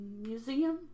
museum